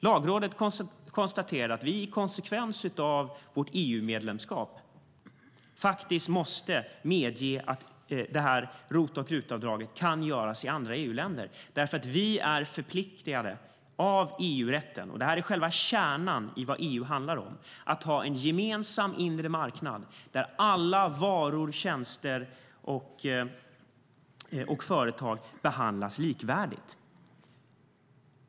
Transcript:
Lagrådet konstaterade att vi som en konsekvens av vårt EU-medlemskap faktiskt måste medge att ROT och RUT-avdrag kan göras i andra EU-länder därför att vi är förpliktade av EU-rätten - detta är själva kärnan av vad EU handlar om - att ha en gemensam inre marknad där alla varor, tjänster och företag behandlas likvärdigt.